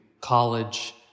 college